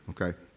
okay